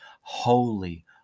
holy